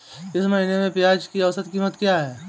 इस महीने में प्याज की औसत कीमत क्या है?